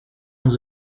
nzu